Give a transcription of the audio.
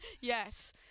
yes